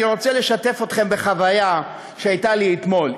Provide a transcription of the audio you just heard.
אני רוצה לשתף אתכם בחוויה שהייתה לי אתמול.